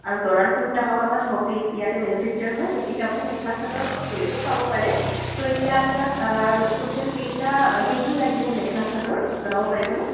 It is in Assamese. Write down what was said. আৰু দৰাৰ কুৰ্তা হওক আমাৰ সব ইয়া ইয়াতে মেনুফেক্চাৰ হয় গতিকে আপুনি মেখেলা চাদৰৰ লগত বেলেগো পাব পাৰে ত' এতিয়া আপোনাক ট'টেল কেইটা কেইযোৰ লাগিব মেখেলা চাদৰ জনাব পাৰিবনে